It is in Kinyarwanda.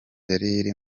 kandi